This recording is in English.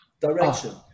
direction